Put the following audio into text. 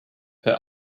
her